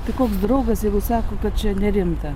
tai koks draugas jeigu sako kad čia nerimta